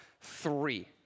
three